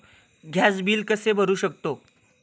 Gas bill कसे भरू शकतो?